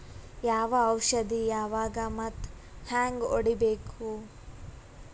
ಯಾವ ಔಷದ ಯಾವಾಗ ಮತ್ ಹ್ಯಾಂಗ್ ಹೊಡಿಬೇಕು?